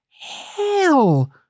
Hell